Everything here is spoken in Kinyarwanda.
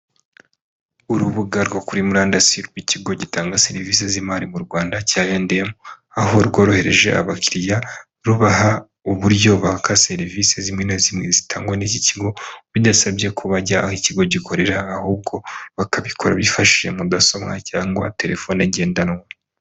Urubuga rwo kuri murandasi rw'ikigo gitanga serivise z'imari mu Rwanda cya l&M, aho rworohereje abakiriya rubaha uburyo baka serivise zimwe na zimwe zitangwa n'iki kigo, bidasabye ko bajya aho ikigo gikorera ahubwo bakabikora bifashishije mudasomwa cyangwa telefone ngendanwa.